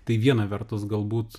tai viena vertus galbūt